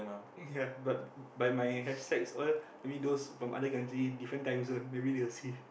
ya but but my hashtags all maybe those from other country different timezone maybe they will see